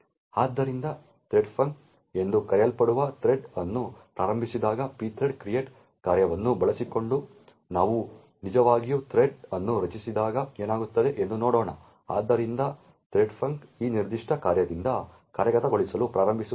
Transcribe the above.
ಆದ್ದರಿಂದ ಥ್ರೆಡ್ಫಂಕ್ ಎಂದು ಕರೆಯಲ್ಪಡುವ ಥ್ರೆಡ್ ಅನ್ನು ಪ್ರಾರಂಭಿಸುವ pthread create ಕಾರ್ಯವನ್ನು ಬಳಸಿಕೊಂಡು ನಾವು ನಿಜವಾಗಿಯೂ ಥ್ರೆಡ್ ಅನ್ನು ರಚಿಸಿದಾಗ ಏನಾಗುತ್ತದೆ ಎಂದು ನೋಡೋಣ ಆದ್ದರಿಂದ ಥ್ರೆಡ್ಫಂಕ್ ಈ ನಿರ್ದಿಷ್ಟ ಕಾರ್ಯದಿಂದ ಕಾರ್ಯಗತಗೊಳಿಸಲು ಪ್ರಾರಂಭಿಸುತ್ತದೆ